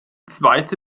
zweite